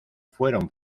fueron